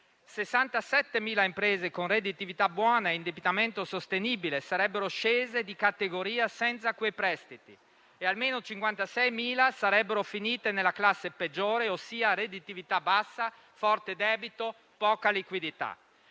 67.000 con redditività buona e indebitamento sostenibile sarebbero scese di categoria senza quei prestiti e almeno 56.000 sarebbero finite nella classe peggiore, ossia con redditività bassa, forte debito e poca liquidità.